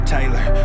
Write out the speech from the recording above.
Taylor